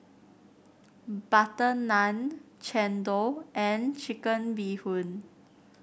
butter naan chendol and Chicken Bee Hoon